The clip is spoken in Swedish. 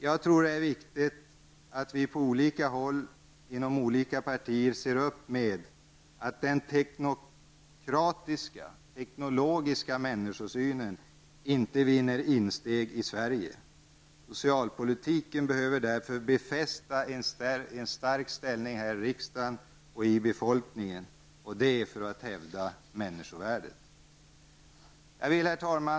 Jag tror att det är viktigt att vi på olika håll inom olika partier ser till att den teknologiska människosynen inte vinner insteg i Sverige. Socialpolitiken behöver därför befästa en stark ställning här i riksdagen och i befolkningen för att människovärdet skall hävdas. Herr talman!